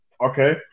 Okay